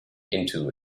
into